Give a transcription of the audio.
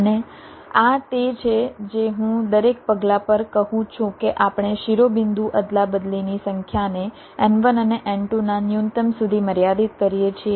અને આ તે છે જે હું દરેક પગલાં પર કહું છું કે આપણે શિરોબિંદુ અદલાબદલીની સંખ્યાને n1 અને n2 નાં ન્યૂનતમ સુધી મર્યાદિત કરીએ છીએ